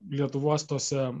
lietuvos tose